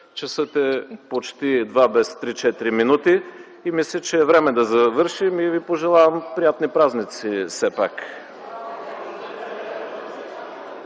Часът е почти 14 без 3-4 минути. Мисля, че е време да завършим и ви пожелавам приятни празници, все пак.